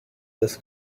this